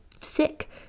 sick